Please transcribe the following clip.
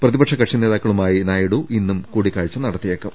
പ്രതിപക്ഷ കക്ഷി നേതാക്കളുമായി നായിഡു ഇന്നും കൂടിക്കാഴ്ച്ച നടത്തിയേക്കും